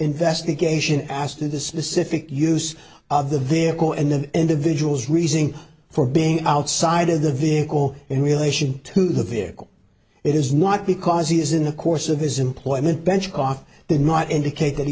investigation as to the specific use of the vehicle and an individual's reasoning for being outside of the vehicle in relation to the vehicle it is not because he is in the course of his employment bench off did not indicate that